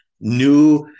new